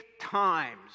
times